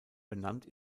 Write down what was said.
benannt